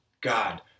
God